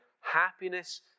happiness